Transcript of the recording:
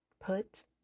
put